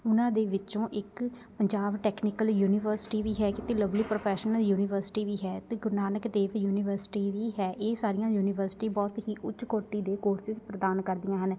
ਉਹਨਾਂ ਦੇ ਵਿੱਚੋਂ ਇੱਕ ਪੰਜਾਬ ਟੈਕਨੀਕਲ ਯੂਨੀਵਰਸਿਟੀ ਵੀ ਹੈ ਅਤੇ ਲਵਲੀ ਪ੍ਰੋਫੈਸ਼ਨਲ ਯੂਨੀਵਰਸਿਟੀ ਵੀ ਹੈ ਅਤੇ ਗੁਰੂ ਨਾਨਕ ਦੇਵ ਯੂਨੀਵਰਸਿਟੀ ਵੀ ਹੈ ਇਹ ਸਾਰੀਆਂ ਯੂਨੀਵਰਸਿਟੀ ਬਹੁਤ ਹੀ ਉੱਚ ਕੋਟੀ ਦੇ ਕੋਰਸਿਸ ਪ੍ਰਦਾਨ ਕਰਦੀਆਂ ਹਨ